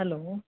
hello